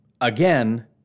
again